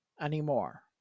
Anymore